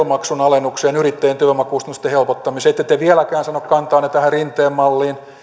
maksun alennukseen ja yrittäjien työvoimakustannusten helpottamiseen ette te vieläkään sano kantaanne tähän rinteen malliin